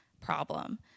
problem